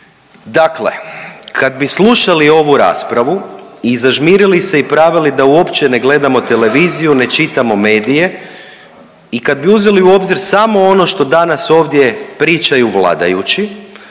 Dakle, kad bi slušali ovu raspravu i zažmirili se i pravili da uopće ne gledamo televiziju, ne čitamo medije i kad bi uzeli u obzir samo ono što danas ovdje pričaju vladajući,